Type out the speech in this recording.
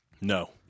No